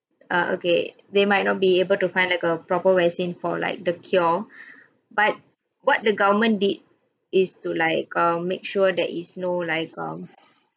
err okay they might not be able to find like a proper vaccine for like the cure but what the government did is to like err make sure there is no like um